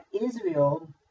Israel